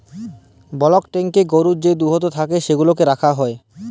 block ট্যাংকয়ে গরুর যে দুহুদ থ্যাকে সেগলা রাখা হ্যয়